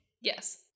Yes